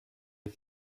est